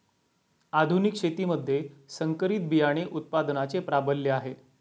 आधुनिक शेतीमध्ये संकरित बियाणे उत्पादनाचे प्राबल्य आहे